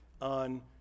on